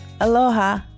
aloha